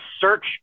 search